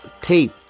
tape